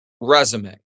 resume